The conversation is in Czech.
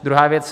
Druhá věc.